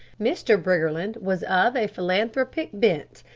mr. briggerland was of a philanthropic bent,